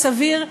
הסביר,